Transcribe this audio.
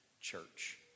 church